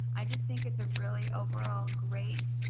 i just think it's a really overall great